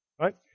Right